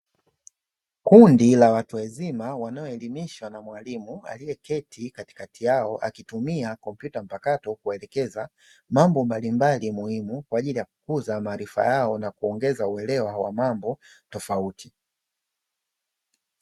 Kundi la watu wazima wanaofundishwa na mwalimu aliyeketi katikati yao, akitumia kompyuta mpakato kwaajili ya kuwaelekeza mambo mbalimbali muhimu kwaajili ya akukuza maarifa yao na kuongeza uelewa wa mambo tofauti.